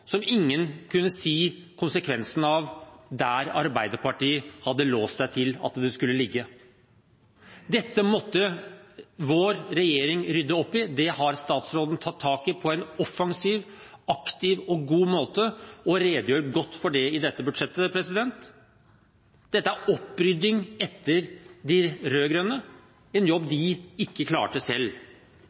som ingen kunne si noe om konsekvensene av – ut fra hvor Arbeiderpartiet hadde låst seg til at det skulle ligge. Dette måtte vår regjering rydde opp i. Det har statsråden tatt tak i på en offensiv, aktiv og god måte og redegjør godt for det i dette budsjettet. Dette er opprydding etter de rød-grønne, en jobb de ikke klarte selv.